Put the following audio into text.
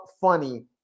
funny